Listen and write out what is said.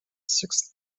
sixth